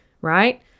right